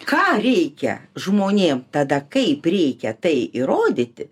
ką reikia žmonėm tada kaip reikia tai įrodyti